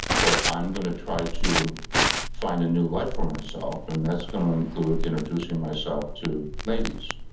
but i'm going to try to find a new life for myself and that's going to include introducing myself to ladies.